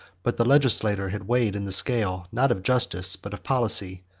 but the legislator had weighed in the scale, not of justice, but of policy,